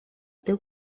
teu